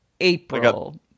April